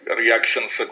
reactions